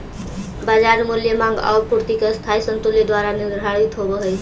बाजार मूल्य माँग आउ पूर्ति के अस्थायी संतुलन द्वारा निर्धारित होवऽ हइ